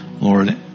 Lord